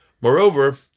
Moreover